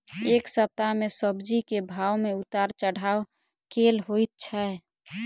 एक सप्ताह मे सब्जी केँ भाव मे उतार चढ़ाब केल होइ छै?